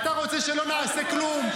אתה רוצה שלא נעשה כלום.